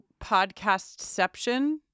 podcastception